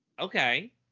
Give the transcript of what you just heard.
Okay